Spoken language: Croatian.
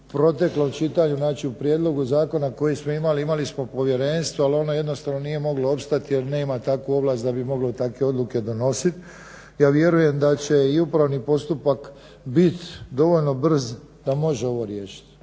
proteklom čitanju znači u prijedlogu zakona koje smo imali, imali smo povjerenstvo ali ono jednostavno nije moglo opstati jer nema takvu ovlast da bi moglo takve odluke donositi. Ja vjerujem da će i upravni postupak biti dovoljno brz da može ovo riješiti.